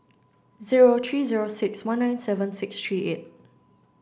zero three zero six one nine seven six three eight